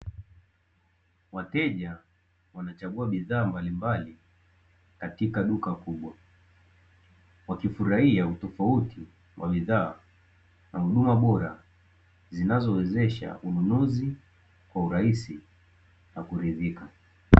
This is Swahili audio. Wateja wanachagua bidhaa mbalimbali katika duka kubwa. Wakifurahia utofauti wa bidhaa na huduma bora zinazowezesha ununuzi kwa urahisi na kuridhika.